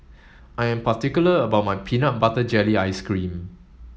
I am particular about my peanut butter jelly ice cream